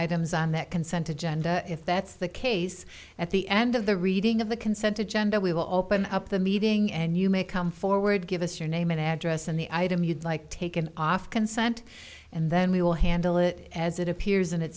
items on that consent agenda if that's the case at the end of the reading of the consent to gender we will open up the meeting and you may come forward give us your name and address and the item you'd like taken off consent and then we will handle it as it appears in